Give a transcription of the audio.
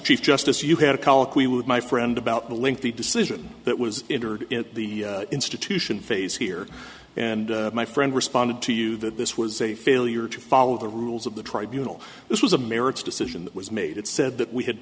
chief justice you had a colloquy with my friend about the link the decision that was injured in the institution phase here and my friend responded to you that this was a failure to follow the rules of the tribunals this was a merits decision that was made it said that we had